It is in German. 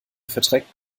verträgt